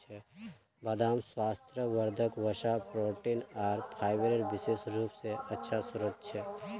बदाम स्वास्थ्यवर्धक वसा, प्रोटीन आर फाइबरेर विशेष रूप स अच्छा स्रोत छ